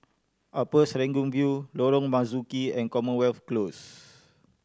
Upper Serangoon View Lorong Marzuki and Commonwealth Close